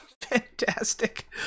fantastic